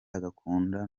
agakunda